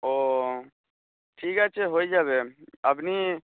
ও ঠিক আছে হয়ে যাবে আপনি